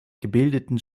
gebildeten